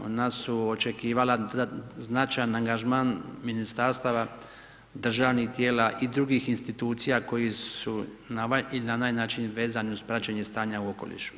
Ona su očekivala značajan angažman ministarstava, državnih tijela i drugih institucija, koji su na ovaj ili na onaj način vezan uz praćenje stanja u okolišu.